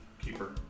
Keeper